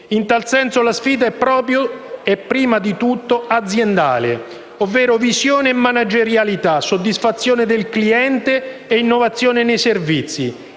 In tal senso, la sfida è prima di tutto aziendale, ovvero visione e managerialità, soddisfazione del cliente e innovazione nei servizi.